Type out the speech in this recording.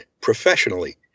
professionally